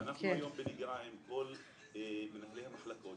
אנחנו היום בנגיעה עם כל מנהלי המחלקות.